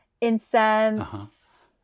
incense